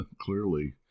clearly